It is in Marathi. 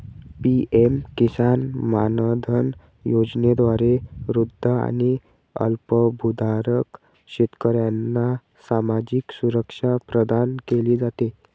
पी.एम किसान मानधन योजनेद्वारे वृद्ध आणि अल्पभूधारक शेतकऱ्यांना सामाजिक सुरक्षा प्रदान केली जाते